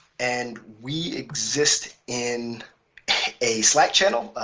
and we exist in a slack channel,